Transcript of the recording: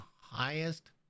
highest